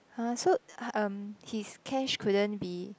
[huh] so um his cash couldn't be